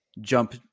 jump